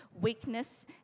weakness